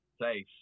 place